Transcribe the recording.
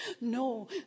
No